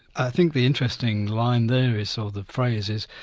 i think the interesting line there is, or the phrase is,